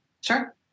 Sure